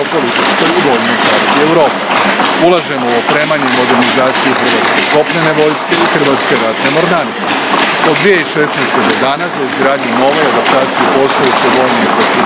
Hrvatske ratne mornarice. Od 2016. godine do danas za izgradnju nove i adaptaciju postojeće vojne infrastrukture